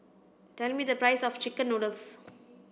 tell me the price of chicken noodles